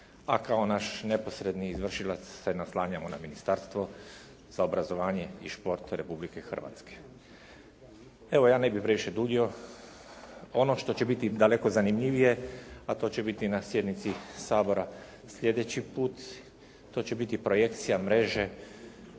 a kao naš neposredni izvršilac se oslanjamo na Ministarstvo za obrazovanje i šport Republike Hrvatske. Evo, ja ne bih previše duljio. Ono što će biti daleko zanimljivije a to će biti na sjednici Sabora slijedeći put. To će biti projekcija mreže